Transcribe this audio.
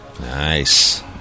Nice